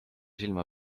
silma